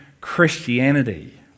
Christianity